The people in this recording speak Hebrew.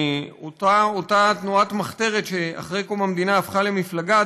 אותה תנועת מחתרת שאחרי קום המדינה הפכה למפלגה,